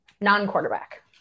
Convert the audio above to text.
non-quarterback